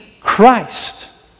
Christ